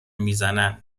میزنن